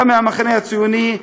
וגם מהמחנה הציוני.